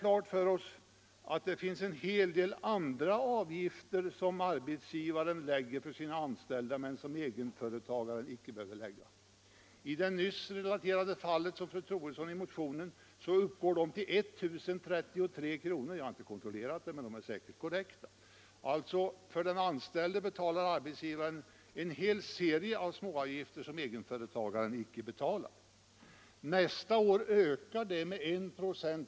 Därutöver finns det en hel del andra avgifter som arbetsgivaren erlägger för sina anställda, men som egenföretagaren icke behöver erlägga. I det fall fru Troedsson relaterar uppgår de till I 033 kr. Jag har inte kontrollerat det, men siffran är säkert korrekt. För den anställde betalar alltså arbetsgivaren en hel serie av småavgifter som egenföretagaren icke betalar. Nästa år ökar dessa med 1 96.